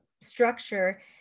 structure